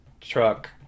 truck